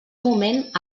moment